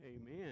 Amen